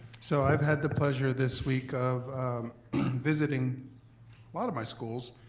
so i've had the pleasure this week of visiting a lot of my schools,